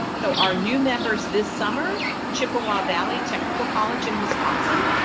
so, our new members this summer chippewa valley technical college in wisconsin,